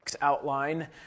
outline